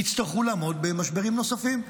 יצטרכו לעמוד במשברים נוספים.